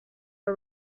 are